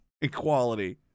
equality